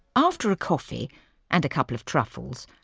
after a coffee and a couple of truffles,